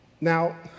Now